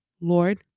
Lord